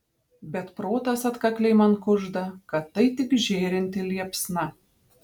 bet protas atkakliai man kužda kad tai tik žėrinti liepsna